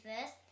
first